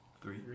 Three